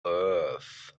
earth